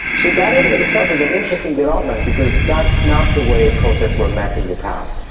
so that in and of itself is an interesting development because that's not the way protests were met in the past.